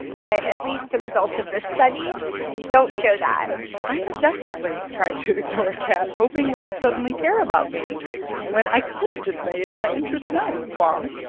but at least the results of this study don't show that i have definitely tried to ignore a cat, hoping it would suddenly care about me when i could've just made my interests known, kwong.